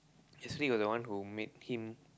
Sri was the one who made him